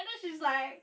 and then she's like